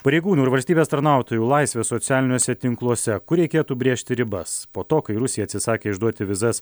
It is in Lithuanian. pareigūnų ir valstybės tarnautojų laisvė socialiniuose tinkluose kur reikėtų brėžti ribas po to kai rusija atsisakė išduoti vizas